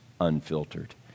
unfiltered